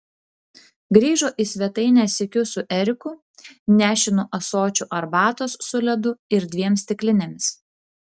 grįžo į svetainę sykiu su eriku nešinu ąsočiu arbatos su ledu ir dviem stiklinėmis